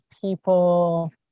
people